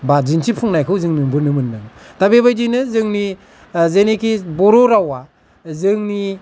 बा दिन्थिफुंनायखौ जों नुबोनो मोनदों